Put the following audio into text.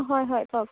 অঁ হয় হয় কওক